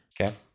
Okay